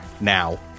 now